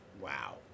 wow